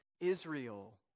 Israel